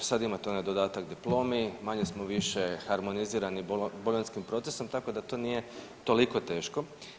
Sad imate onaj dodatak diplomi, manje smo više harmonizirani bolonjskim procesom, tako da to nije toliko teško.